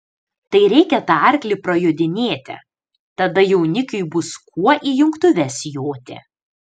tai reikia tą arklį prajodinėti tada jaunikiui bus kuo į jungtuves joti